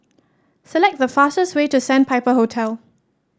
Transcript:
select the fastest way to Sandpiper Hotel